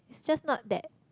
just not that